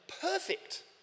perfect